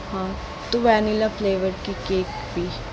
हाँ तो vanilla flavour की केक भी